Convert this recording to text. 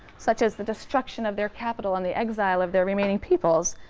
such as the destruction of their capital and the exile of their remaining peoples,